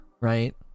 right